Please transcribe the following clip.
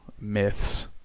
myths